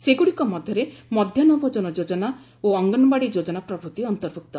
ସେଗୁଡ଼ିକ ମଧ୍ୟରେ ମଧ୍ୟାହୁ ଭୋଜନ ଯୋଜନା ଓ ଅଙ୍ଗନବାଡ଼ି ଯୋଜନା ପ୍ରଭୃତି ଅନ୍ତର୍ଭୁକ୍ତ